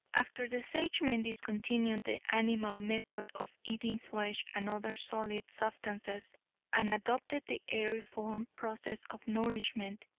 after the sagemen discontinued the animal method of eating flesh and other solid substances and adopted the aeriform process of nourishment,